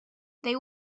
they